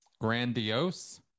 Grandiose